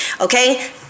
okay